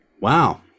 wow